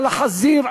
על החזיר,